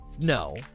no